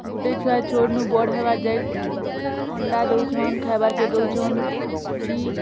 ଗୋଟେ ଛୁଆ ଛୋଟ୍ ନୁ ବଡ଼୍ ହେବା ଯାଏଁ ଅଣ୍ଡା ଦେଉଛଁନ୍ ଖାଇବାର୍ କେ ଦେଉଛଁନ୍ ଫ୍ରି